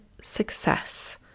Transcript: success